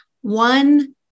one